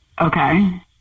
Okay